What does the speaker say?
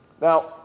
Now